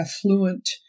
affluent